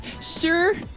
Sir